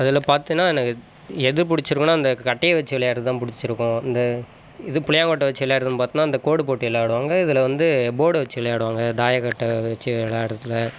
அதில் பார்த்தீனா எனக்கு எது பிடிச்சிருக்கும்னா இந்த கட்டையை வச்சு விளையாடுறது தான் பிடிச்சிருக்கும் இந்த இது புளியாங்கொட்ட வச்சு விளையாடுறதுன்னு பார்த்தோன்னா அந்த கோடு போட்டு விளையாடுவாங்க இதில் வந்து போட வச்சு விளையாடுவாங்க தாயக்கட்டை வச்சு விளையாடுறதில்